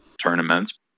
tournaments